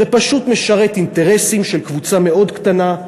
זה פשוט משרת אינטרסים של קבוצה מאוד קטנה,